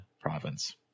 province